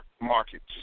markets